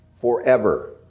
forever